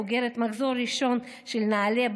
בוגרת המחזור הראשון של נעל"ה,